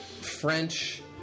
French